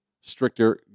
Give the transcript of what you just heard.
stricter